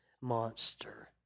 monster